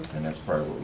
and that's part